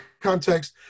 context